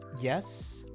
yes